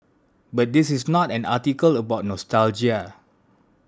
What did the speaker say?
but this is not an article about nostalgia